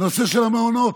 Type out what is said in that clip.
בנושא של המעונות.